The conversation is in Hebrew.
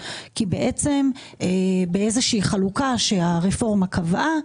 באיזושהי חלוקה שהרפורמה קבעה,